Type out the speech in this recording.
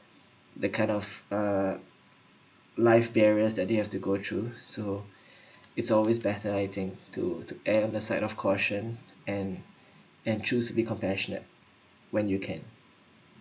the kind of uh life barriers that they have to go through so it's always better I think to to air on the side of caution and and choose to be compassionate when you can